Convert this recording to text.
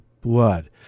blood